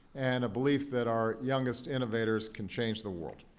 and a belief that our youngest innovators can change the world.